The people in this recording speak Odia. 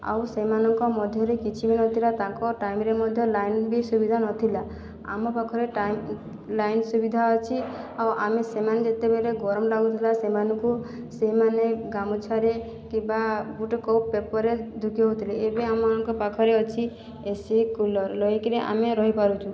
ଆଉ ସେମାନଙ୍କ ମଧ୍ୟରେ କିଛି ବି ନଥିଲା ତାଙ୍କ ଟାଇମରେ ମଧ୍ୟ ଲାଇନ ବି ସୁବିଧା ନଥିଲା ଆମ ପାଖରେ ଟାଇମ ଲାଇନ ସୁବିଧା ଅଛି ଆଉ ଆମେ ସେମାନେ ଯେତେବେଲେ ଗରମ ଲାଗୁଥିଲା ସେମାନଙ୍କୁ ସେମାନେ ଗାମୁଛାରେ କିମ୍ବା ଗୋଟିଏ କେଉଁ ପେପରରେ ଦୁକି ହେଉଥିଲେ ଏବେ ଆମମାନଙ୍କ ପାଖରେ ଅଛି ଏସି କୁଲର ଲଗାଇକିରି ଆମେ ରହି ପାରୁଛୁ